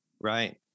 Right